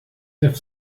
have